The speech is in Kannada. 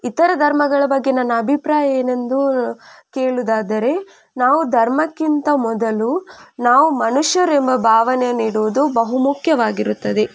ಇತರ ಧರ್ಮಗಳ ಬಗ್ಗೆ ನನ್ನ ಅಭಿಪ್ರಾಯವೇನೆಂದು ಕೇಳೋದಾದರೆ ನಾವು ಧರ್ಮಕ್ಕಿಂತ ಮೊದಲು ನಾವು ಮನುಷ್ಯರೆಂಬ ಭಾವನೆಯನ್ನಿಡೋದು ಬಹುಮುಖ್ಯವಾಗಿರುತ್ತದೆ